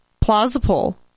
plausible